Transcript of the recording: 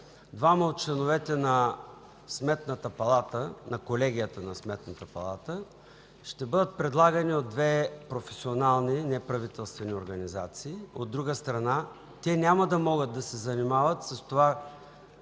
двама от членовете на Колегията на Сметната палата ще бъдат предлагани от две професионални неправителствени организации. От друга страна, те няма да могат да се занимават с това,